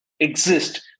exist